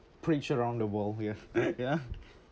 preach around the world ya ya